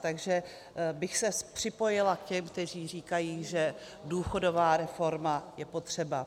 Takže bych se připojila k těm, kteří říkají, že důchodová reforma je potřeba.